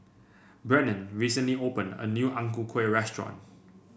Brennen recently opened a new Ang Ku Kueh restaurant